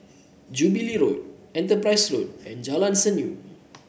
Jubilee Road Enterprise Road and Jalan Senyum